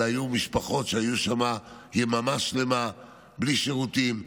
אלא היו משפחות שהיו שם יממה שלמה בלי שירותים,